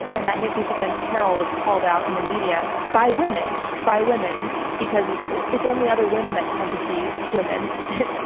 and that hit piece against carole was called out in the media by women, by women because it's only other women that tend to see women. you ah